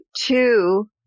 two